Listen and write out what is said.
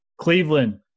Cleveland